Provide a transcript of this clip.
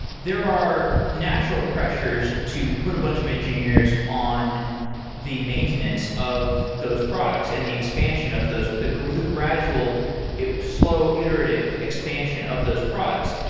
there are natural pressures to put a bunch of engineers on the maintenance of those products and the expansion of those, the the gradual slow iterative expansion of those products.